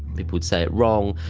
people would say it wrong,